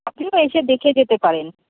আপনিও এসে দেখে যেতে পারেন